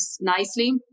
nicely